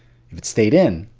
if it stayed in,